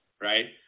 right